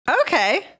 Okay